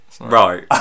Right